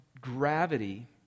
gravity